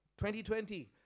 2020